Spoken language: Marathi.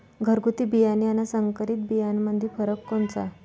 घरगुती बियाणे अन संकरीत बियाणामंदी फरक कोनचा?